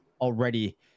already